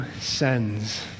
sends